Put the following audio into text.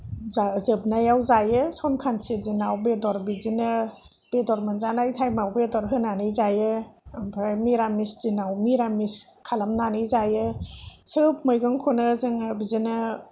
जाजोबनायाव जायो संख्रान्थि दिनाव बिदिनो बेदर मोनजानाय टाइमाव बेदर होनानै जायो ओमफ्राय निरामिस दिनाव निरामिस खालामनानै जायो गासैबो मैगंखौनो जोङो बिदिनो